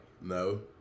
no